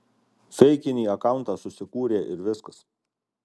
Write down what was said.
feikinį akauntą susikūrė ir viskas